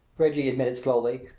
reggie admitted slowly,